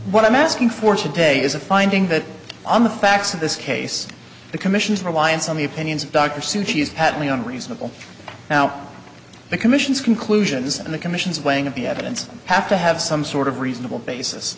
what i'm asking for today is a finding that on the facts of this case the commission's reliance on the opinions of dr sushi is patently on reasonable now the commission's conclusions and the commission's weighing of the evidence have to have some sort of reasonable basis